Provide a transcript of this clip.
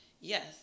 Yes